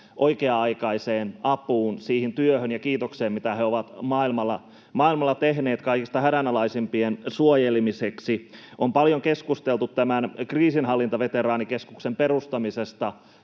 oikea-aikaiseen apuun, siihen työhön ja kiitokseen, mitä he ovat maailmalla tehneet kaikista hädänalaisimpien suojelemiseksi. On paljon keskusteltu tämän kriisinhallintaveteraanikeskuksen perustamisesta,